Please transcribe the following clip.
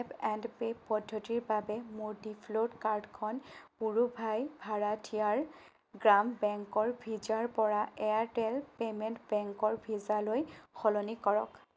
tap and pay পদ্ধতিৰ বাবে মোৰ ডিফ'ল্ট কাৰ্ডখন পুড়ুভাই ভাৰাঠিয়াৰ গ্ৰাম বেংকৰ ভিছাৰ পৰা এয়াৰটেল পে'মেণ্ট বেংকৰ ভিছালৈ সলনি কৰক